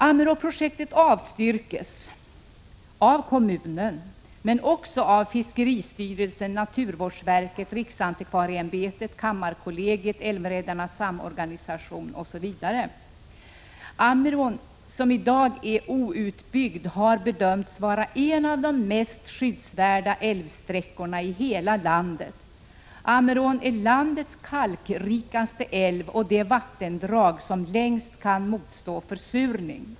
Ammerånprojektet avstyrks av kommunen men också av fiskeristyrelsen, naturvårdsverket, riksantikvarieämbetet, kammarkollegiet, Älvräddarnas samorganisation OSV. Ammerån, som i dag är outbyggd, har bedömts vara en av de mest skyddsvärda älvsträckorna i hela landet. Ammerån är landets kalkrikaste älv. Ammerån är också det vattendrag som längst kan motstå försurning.